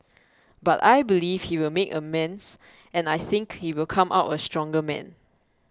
but I believe he will make amends and I think he will come out a stronger man